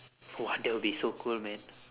!wah! that would be so cool man